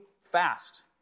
fast